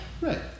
right